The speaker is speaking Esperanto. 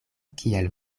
kiel